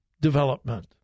development